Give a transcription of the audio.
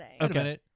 Okay